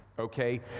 okay